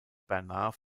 bernhard